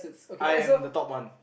I am the top one